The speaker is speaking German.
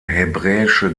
hebräische